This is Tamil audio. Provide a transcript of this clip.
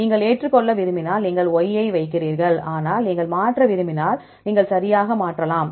நீங்கள் ஏற்றுக்கொள்ள விரும்பினால் நீங்கள் Y ஐ வைக்கிறீர்கள் ஆனால் நீங்கள் மாற்ற விரும்பினால் நீங்கள் சரியாக மாற்றலாம்